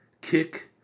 Kick